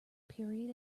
period